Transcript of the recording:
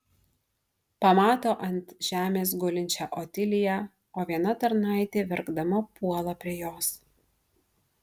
pamato ant žemės gulinčią otiliją o viena tarnaitė verkdama puola prie jos